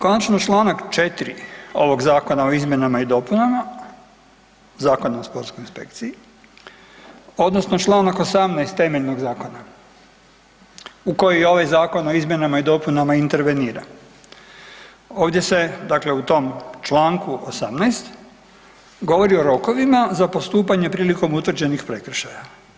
Konačno čl. 4. ovog Zakona o izmjenama i dopunama Zakona o sportskoj inspekciji odnosno čl. 18. temeljnog zakona u koji ovaj Zakon o izmjenama i dopunama intervenira, ovdje se, dakle u tom čl. 18. govori o rokovima za postupanje prilikom utvrđenih prekršaja.